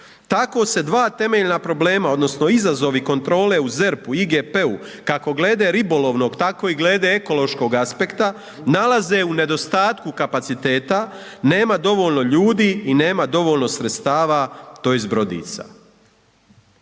Tako se dva temeljna problema odnosno izazovi kontrole u ZERP-u IGP-u kako glede ribolovnog tako i glede ekološkog aspekta nalaze u nedostatku kapaciteta, nema dovoljno ljudi i nema dovoljno sredstava tj. brodica.